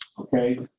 okay